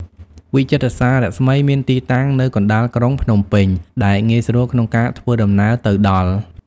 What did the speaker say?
វិចិត្រសាលរស្មី មានទីតាំងនៅកណ្តាលក្រុងភ្នំពេញ ដែលងាយស្រួលក្នុងការធ្វើដំណើរទៅដល់។